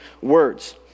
words